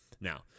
now